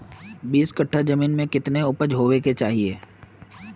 बीस कट्ठा जमीन में कितने उपज होबे के चाहिए?